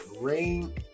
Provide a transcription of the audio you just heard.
rain